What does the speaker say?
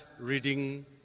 reading